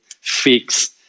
fix